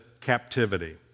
captivity